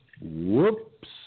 Whoops